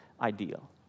ideal